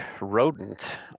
rodent